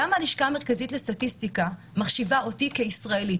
למה הלשכה המרכזית לסטטיסטיקה מחשיבה אותי כישראלית?